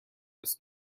است